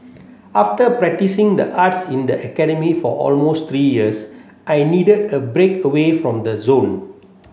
after practising the arts in the academy for almost three years I needed a break away from the zone